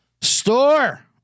store